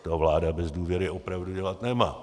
To vláda bez důvěry opravdu dělat nemá.